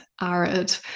arid